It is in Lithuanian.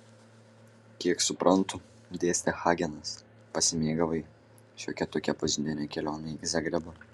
kiek suprantu dėstė hagenas pasimėgavai šiokia tokia pažintine kelione į zagrebą